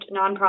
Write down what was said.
nonprofit